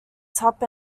top